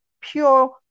pure